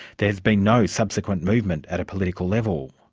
there's been no subsequent movement at a political level.